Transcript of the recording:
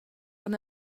han